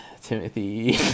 Timothy